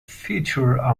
feature